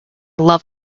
love